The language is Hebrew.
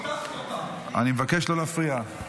אני מבקש לא להפריע.